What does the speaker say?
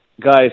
Guys